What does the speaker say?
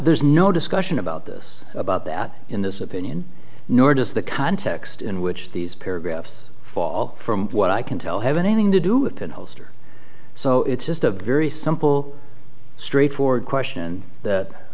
there's no discussion about this about that in this opinion nor does the context in which these paragraphs fall from what i can tell have anything to do with an ulster so it's just a very simple straightforward question that